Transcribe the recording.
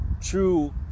true